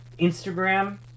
Instagram